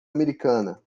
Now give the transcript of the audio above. americana